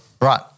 Right